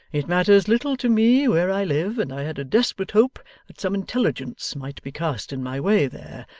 it matters little to me where i live, and i had a desperate hope that some intelligence might be cast in my way there,